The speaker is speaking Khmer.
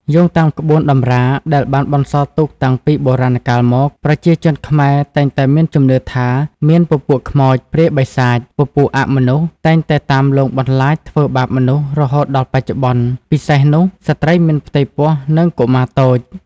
យោងតាមក្បូនតម្រាដែលបានបន្សល់ទុកតាំងពីបុរាណកាលមក ប្រជាជនខ្មែរតែងតែមានជំនឿថាមានពពូក ខ្មោច ព្រាយបិសាច ពពួកអមនុស្ស តែងតែតាមលងបន្លាចធ្វើបាបមនុស្សរហូតដល់បច្ចុប្បន្ន ពិសេសនោះស្ត្រីមានផ្ទៃពោះនិងកុមារតូច